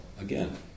again